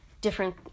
different